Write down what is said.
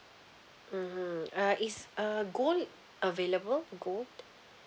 mmhmm uh is uh gold available gold